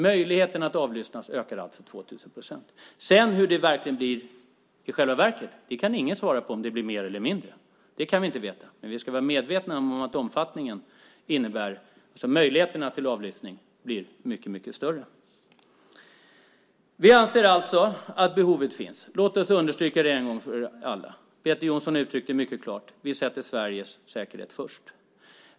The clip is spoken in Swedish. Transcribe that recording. Möjligheten att avlyssna ökar alltså med 2 000 procent. Ingen kan svara på om det i själva verket blir mer eller mindre. Det kan vi inte veta, men vi ska vara medvetna om att möjligheten till avlyssning blir mycket större. Vi anser alltså att behovet finns. Låt oss understryka det en gång för alla. Peter Jonsson uttryckte det mycket klart. Vi sätter Sveriges säkerhet först.